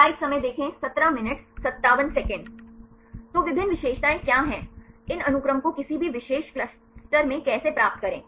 तो विभिन्न विशेषताएं क्या हैं इन अनुक्रम को किसी विशेष क्लस्टर में कैसे प्राप्त करें